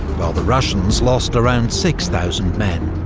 while the russians lost around six thousand men.